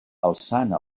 alçant